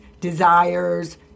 desires